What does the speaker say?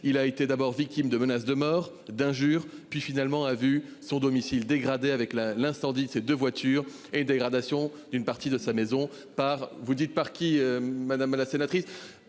il a été d'abord victime de menaces de mort d'injures puis finalement a vu son domicile dégradée avec la l'incendie c'est de voitures et dégradation d'une partie de sa maison par vous dites par qui. Madame la sénatrice.